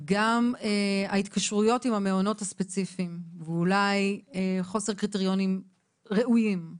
גם ההתקשרויות עם המעונות הספציפיים ואולי חוסר קריטריונים ראויים.